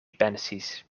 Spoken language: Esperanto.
pensis